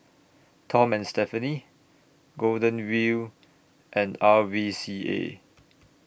Tom and Stephanie Golden Wheel and R V C A